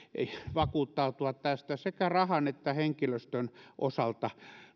vakuuttautua tästä sekä rahan että henkilöstön osalta